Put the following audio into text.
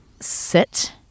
sit